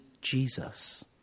Jesus